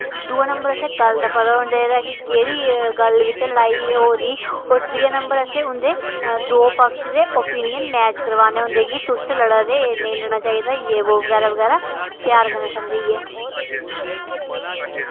दूआ नंबर असें गल्ल दा पता होना चाहिदा कि केह्ड़ी गल्ल बिच्चा लड़ाई होई दी दो पक्ख दे ओपीनियन मैच कराने की तुस लड़ा दे एह् नेईं होना चाहिदा यह वो बगैरा बगैरा प्यार कन्नै समझाइयै